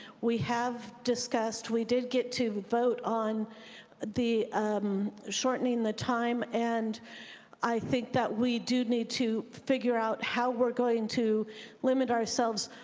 we have discussed, we did get to vote on the shortening the time and i think that it we do need to figure out how we're going to limit ourselves.